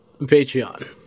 Patreon